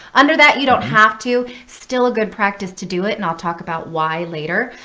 under that, you don't have to. still a good practice to do it. and i'll talk about why later.